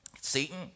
Satan